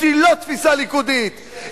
שהיא לא תפיסה ליכודית.